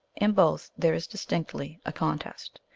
in both there is distinctly a con test.